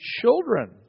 children